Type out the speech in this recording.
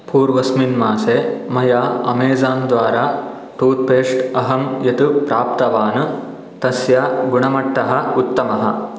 पूर्वस्मिन् मासे मया अमेज़ान् द्वारा टूत्पेस्ट् यत् अहं प्राप्तवान् तस्य गुणमट्टः उत्तमः